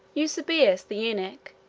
eusebius the eunuch,